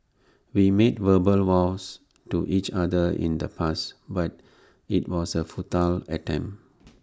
we made verbal vows to each other in the past but IT was A futile attempt